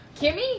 Kimmy